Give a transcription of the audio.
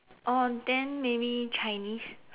oh then maybe Chinese